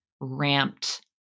ramped